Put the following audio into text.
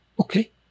Okay